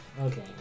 okay